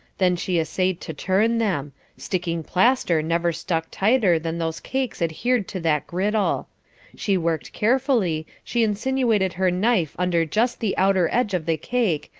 then she essayed to turn them sticking plaster never stuck tighter than those cakes adhered to that griddle she worked carefully, she insinuated her knife under just the outer edge of the cake,